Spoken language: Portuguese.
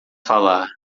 falar